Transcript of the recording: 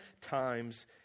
times